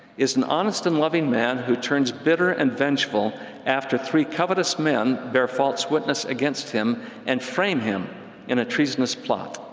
is an honest and loving man who turns bitter and vengeful after three covetous men bear false witness against him and frame him in a treasonous plot.